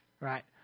right